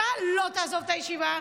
אתה לא תעזוב את הישיבה,